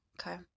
Okay